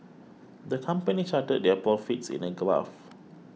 the company charted their profits in a graph